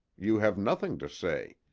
you have nothing to say.